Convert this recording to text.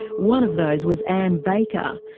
one of those was anne baker,